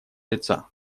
лица